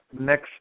next